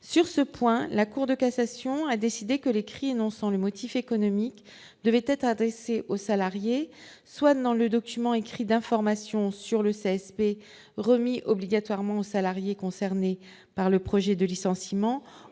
sur ce point, la Cour de cassation a décidé que l'écrit annonçant le motif économique devait être adressée aux salariés, soit dans le document écrit d'information sur le CSP, remis obligatoirement salariés concernés par le projet de licenciement